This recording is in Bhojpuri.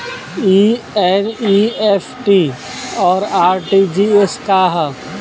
ई एन.ई.एफ.टी और आर.टी.जी.एस का ह?